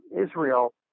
Israel